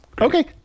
okay